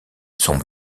son